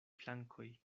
flankoj